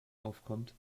aufkommt